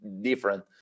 different